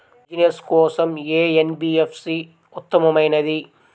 Business loan కోసం ఏ NBFC ఉత్తమమైనది?